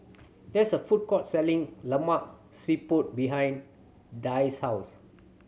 there is a food court selling Lemak Siput behind Dicie house